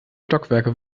stockwerke